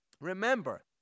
remember